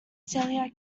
cellular